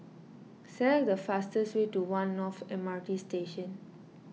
select the fastest way to one North M R T Station